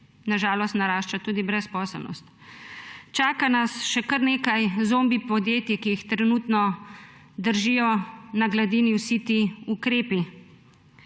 na žalost narašča tudi brezposelnost. Čaka še kar nekaj zombi podjetij, ki jih trenutno držijo na gladini vsi ti ukrepi.